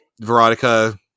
Veronica